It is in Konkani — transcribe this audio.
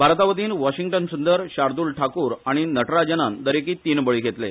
भारतावतीन वॉशिंग्टन सुंदर शार्दुल ठाकूर आनी नटराजनान दरेकी तीन बळी घेतले